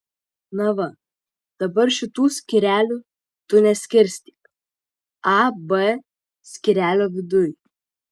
na va dabar šitų skyrelių tu neskirstyk a b skyrelio viduj